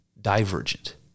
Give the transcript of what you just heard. divergent